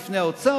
בפני האוצר,